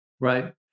right